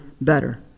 better